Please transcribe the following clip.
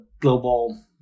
global